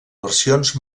versions